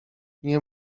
nie